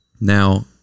Now